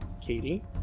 Katie